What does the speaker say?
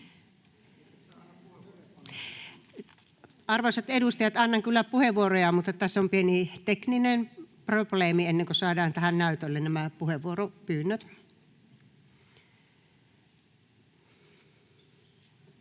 Arvoisat edustajat, annan kyllä puheenvuoroja, mutta tässä on pieni tekninen probleemi, ennen kuin saadaan tähän näytölle nämä puheenvuoropyynnöt.